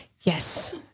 Yes